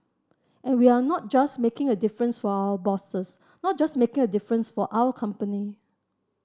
and we are not just making a difference for our bosses not just making a difference for our company